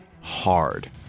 hard